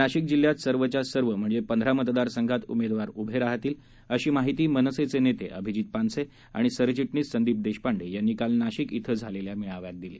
नाशिक जिल्ह्यात सर्वच्या सर्व म्हणजे पंधरा मतदार संघांत उमेदवार उभे राहतील अशी माहिती मनसेचे नेते अभिजित पानसे आणि सरचि भीस संदीप देशपांडे यांनी काल नाशिक इथं झालेल्या मेळाव्यात दिली